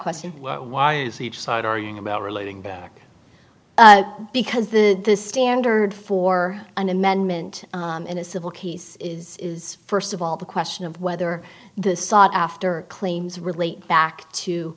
question why is each side are you about relating back because the the standard for an amendment in a civil case is is first of all the question of whether the sought after claims relate back t